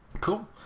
Cool